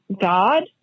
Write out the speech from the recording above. God